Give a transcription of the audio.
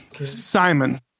Simon